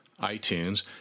iTunes